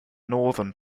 northern